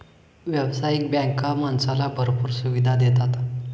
व्यावसायिक बँका माणसाला भरपूर सुविधा देतात